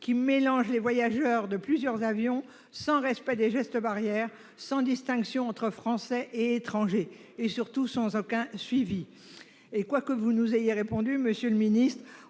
aéroports, les voyageurs de plusieurs avions se mélangent, sans respect des gestes barrières, sans distinction entre Français et étrangers et, surtout, sans aucun suivi. Quoi que vous nous ayez répondu, monsieur le ministre,